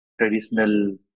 traditional